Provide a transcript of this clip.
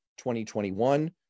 2021